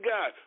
God